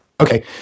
Okay